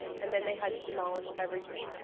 and then they had to demolish everything.